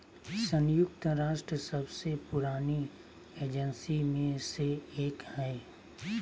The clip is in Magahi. संयुक्त राष्ट्र सबसे पुरानी एजेंसी में से एक हइ